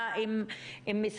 אני מתכבדת לפתוח את הישיבה.